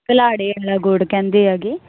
ਕਲਾੜੇ ਆਲਾ ਗੁੜ ਕਹਿੰਦੇ ਆਗੇ